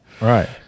Right